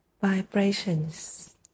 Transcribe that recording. vibrations